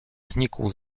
znikł